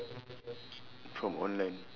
from online